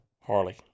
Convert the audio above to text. Harley